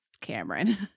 Cameron